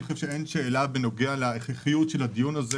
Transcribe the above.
אין שאלה בנוגע להכרחיות של הדיון הזה